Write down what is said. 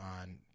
on